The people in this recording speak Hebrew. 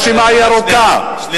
והרשימה היא ארוכה, עוד שנייה.